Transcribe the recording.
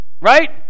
right